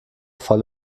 voll